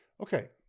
Okay